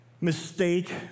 mistake